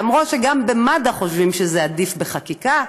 למרות שגם במד"א חושבים שזה עדיף בחקיקה,